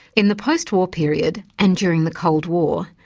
in the post-war period and during the cold war,